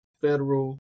federal